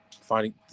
finding